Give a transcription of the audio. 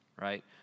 right